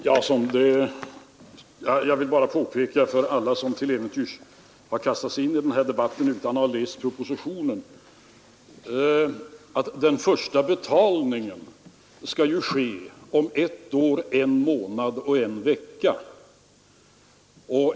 Herr talman! Jag vill bara påpeka för alla, som till äventyrs har kastat sig in i den här debatten utan att ha läst propositionen, att den första betalningen ju skall ske efter ett år, en månad och en vecka.